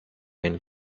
and